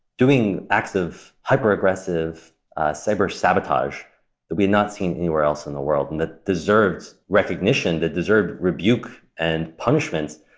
doing acts of hyper aggressive cyber sabotage that we had not seen anywhere else in the world, and that deserved recognition, that deserved rebuke and punishments.